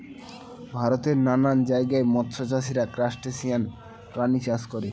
ভারতের নানান জায়গায় মৎস্য চাষীরা ক্রাসটেসিয়ান প্রাণী চাষ করে